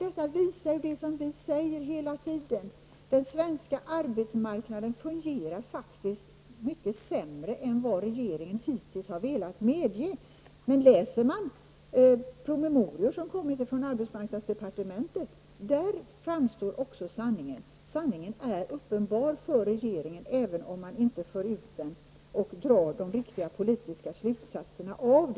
Detta visar det som vi hela tiden har sagt, nämligen att den svenska arbetsmarknaden faktiskt fungerar mycket sämre än vad regeringen hittills har velat medge. Men i promemorior som har kommit från arbetsmarknadsdepartementet framkommer sanningen. Sanningen är uppenbar för regeringen, även om regeringen inte för ut den och drar de riktiga politiska slutsatserna av den.